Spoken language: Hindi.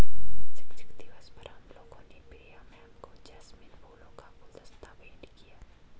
शिक्षक दिवस पर हम लोगों ने प्रिया मैम को जैस्मिन फूलों का गुलदस्ता भेंट किया